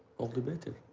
all the better.